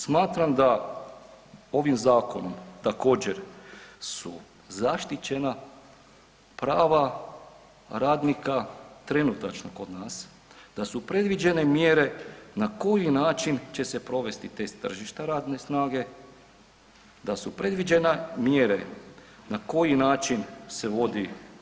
Smatram da ovim zakonom također su zaštićena prava radnika trenutačno kod nas, da su predviđene mjere na koji način će se provesti test tržišta radne snage, da su predviđene mjere na koji način se vodi